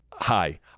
hi